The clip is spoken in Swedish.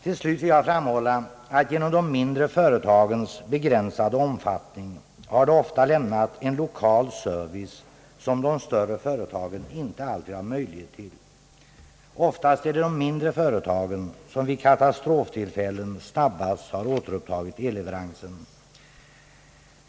Till slut vill jag framhålla att de mindre företagen genom sin begränsade omfattning ofta kunnat lämna en lokal service som de större företagen inte alltid haft möjlighet till, och oftast är det de mindre företagen som vid katastroftillfällen snabbast återtar elleveransen.